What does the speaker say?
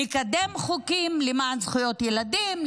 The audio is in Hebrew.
לקדם חוקים למען זכויות ילדים,